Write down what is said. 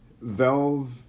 Valve